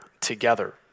together